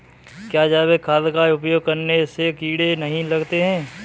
क्या जैविक खाद का उपयोग करने से कीड़े नहीं लगते हैं?